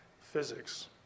physics